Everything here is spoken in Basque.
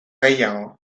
gehiago